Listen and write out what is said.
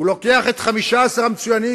הוא לוקח את 15 המצוינים,